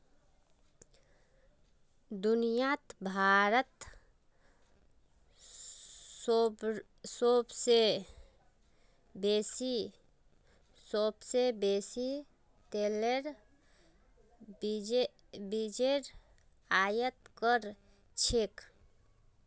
दुनियात भारतत सोबसे बेसी तेलेर बीजेर आयत कर छेक